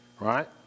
Right